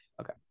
Okay